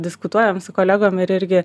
diskutuojam su kolegom ir irgi